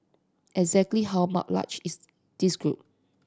exactly how large is this group